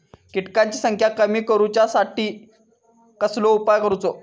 किटकांची संख्या कमी करुच्यासाठी कसलो उपाय करूचो?